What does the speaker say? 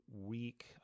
week